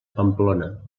pamplona